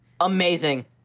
Amazing